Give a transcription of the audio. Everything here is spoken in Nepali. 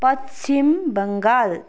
पश्चिम बङ्गाल